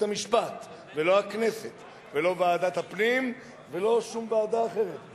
ולא הכנסת ולא ועדת הפנים ולא שום ועדה אחרת,